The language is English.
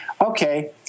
Okay